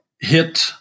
hit